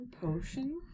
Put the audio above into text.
potion